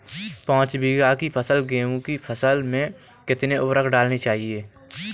पाँच बीघा की गेहूँ की फसल में कितनी उर्वरक डालनी चाहिए?